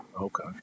Okay